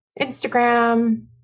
Instagram